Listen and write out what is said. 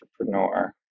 entrepreneur